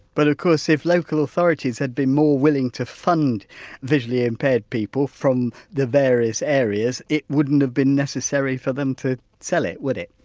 but of course, if local authorities had been more willing to fund visually impaired people from the various areas it wouldn't have been necessary for them to sell it would it?